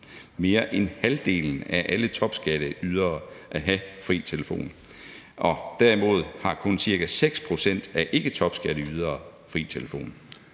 mere end halvdelen af alle topskatteydere at have fri telefon. Derimod har kun ca. 6 pct. af ikketopskatteydere fri telefon.